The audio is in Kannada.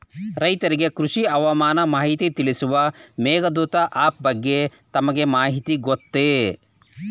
ರೈತರಿಗೆ ಕೃಷಿ ಹವಾಮಾನ ಮಾಹಿತಿ ತಿಳಿಸುವ ಮೇಘದೂತ ಆಪ್ ಬಗ್ಗೆ ತಮಗೆ ಮಾಹಿತಿ ಗೊತ್ತೇ?